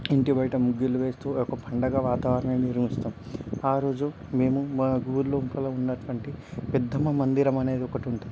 ఇంటి బయట ముగ్గులు వేస్తూ ఒక పండగ వాతావరణం నిర్మిస్తాం ఆ రోజు మేము మా ఊరి లోపల ఉన్నటువంటి పెద్దమ్మ మందిరము అనేది ఒకటుంటుంది